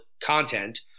content